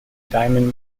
diamond